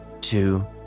two